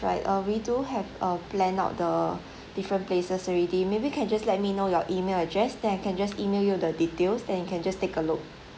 right uh we do have uh planned out the different places already maybe can just let me know your email address then I can just email you the details then you can just take a look